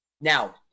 Now